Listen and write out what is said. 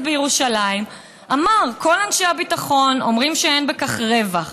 בירושלים אמר: כל אנשי הביטחון אומרים שאין בכך רווח,